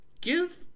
give